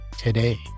today